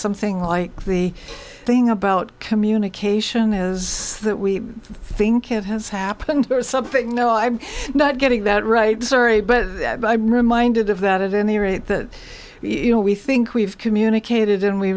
something like the thing about communication is that we think it has happened something no i'm not getting that right sorry but i'm reminded of that and they write that you know we think we've communicated and we